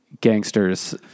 gangsters